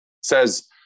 says